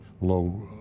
low